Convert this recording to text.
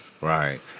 right